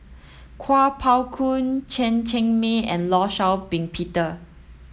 Kuo Pao Kun Chen Cheng Mei and Law Shau Ping Peter